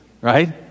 right